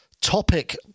Topic